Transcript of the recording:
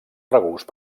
regust